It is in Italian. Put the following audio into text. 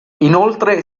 inoltre